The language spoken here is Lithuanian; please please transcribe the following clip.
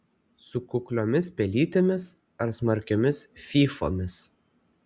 su kukliomis pelytėmis ar smarkiomis fyfomis